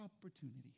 opportunity